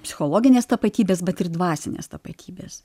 psichologinės tapatybės bet ir dvasinės tapatybės